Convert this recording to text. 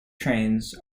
trains